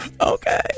okay